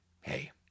hey